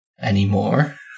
anymore